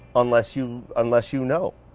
unless you unless you know.